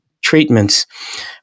treatments